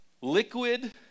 Liquid